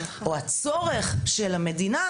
או הצורך של המדינה,